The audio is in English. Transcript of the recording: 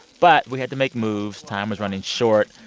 but we had to make moves. time was running short.